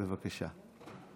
בבקשה,